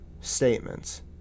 statements